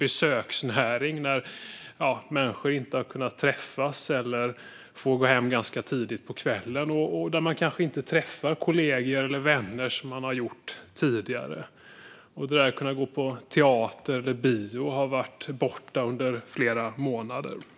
Besöksnäringen har drabbats då människor inte har kunnat träffas eller har fått gå hem ganska tidigt på kvällen, och man kanske inte träffar kollegor eller vänner som man gjorde tidigare. Det där att kunna gå på teater eller bio har varit borta under flera månader. Fru talman!